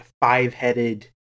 five-headed